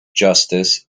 justice